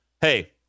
Hey